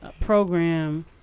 program